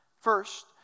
First